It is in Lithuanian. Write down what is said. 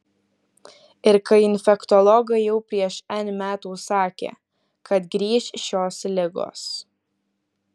ir kai infektologai jau prieš n metų sakė kad grįš šios ligos